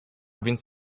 więc